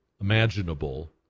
imaginable